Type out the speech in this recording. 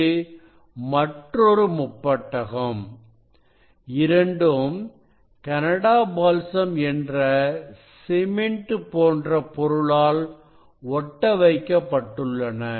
இது மற்றொரு முப்பட்டகம் இரண்டும் கனடா பால்சம் என்ற சிமெண்ட் போன்ற பொருளால் ஒட்ட வைக்கப்பட்டுள்ளன